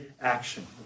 action